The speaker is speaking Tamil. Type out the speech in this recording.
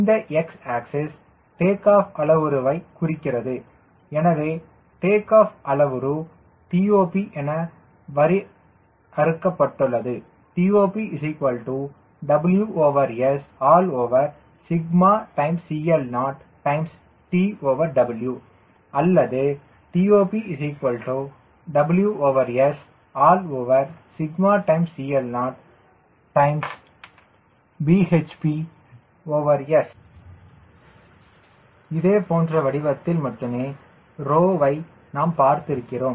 இந்த x axis take off அளவுருவை குறிக்கிறது எனவே டேக் ஆஃப் அளவுரு TOP என வரையறுக்கப்பட்டுள்ளது TOP WSCLTO TW அல்லது TOP WSCLTO BHPW இதே போன்ற வடிவத்தில் மட்டுமே ρயை நாம் பார்த்திருக்கிறோம்